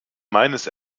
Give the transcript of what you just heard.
meines